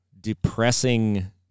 depressing